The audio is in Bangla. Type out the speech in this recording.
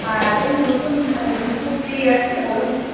আর এমনি নতুন কুর্তি আছে ভালো কিছু